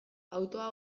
autoa